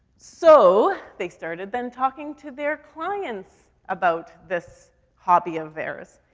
so they started, then, talking to their clients about this hobby of theirs.